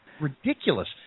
ridiculous